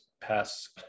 pass